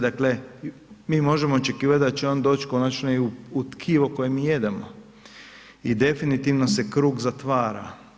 Dakle mi možemo očekivat da će on doć konačno i u tkivo koje mi jedemo i definitivno se krug zatvara.